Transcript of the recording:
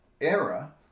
era